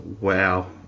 Wow